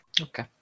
Okay